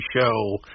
show